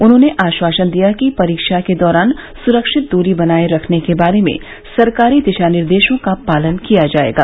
उन्होंने आश्वासन दिया कि परीक्षा के दौरान सुरक्षित दूरी बनाए रखने के बारे में सरकारी दिशानिर्देशों का पालन किया जाएगा